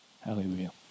Hallelujah